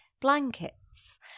blankets